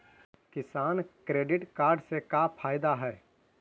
किसान credit card से का फायदा है?